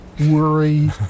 worry